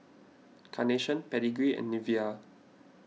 Carnation Pedigree and Nivea